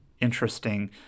interesting